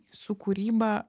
su kūryba